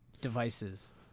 devices